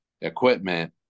equipment